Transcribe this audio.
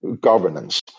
governance